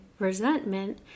Resentment